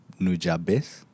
Nujabes